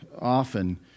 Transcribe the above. often